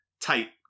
tight